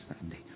Sunday